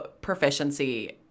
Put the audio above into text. proficiency